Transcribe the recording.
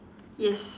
yes